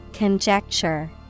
Conjecture